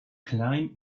klein